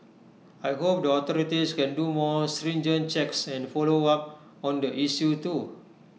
I hope the authorities can do more stringent checks and follow up on the issue too